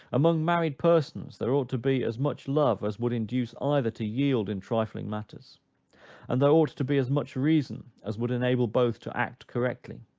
among married persons there ought to be as much love as would induce either to yield in trifling matters and there ought to be as much reason as would enable both to act correctly.